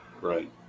Right